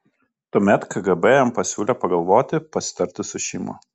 tuomet kgb jam pasiūlė pagalvoti pasitarti su šeima